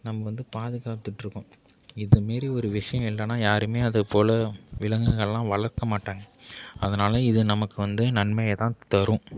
நம்ம வந்து பாதுகாத்திட்ருக்கோம் இது மாரி ஒரு விஷயம் இல்லைன்னா யாருமே அதுபோல் விலங்குகளெலாம் வளர்க்க மாட்டாங்க அதனால் இது நமக்கு வந்து நன்மையைதான் தரும்